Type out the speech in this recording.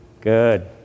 Good